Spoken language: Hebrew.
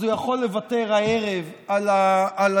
אז הוא יכול לוותר הערב על הדברים.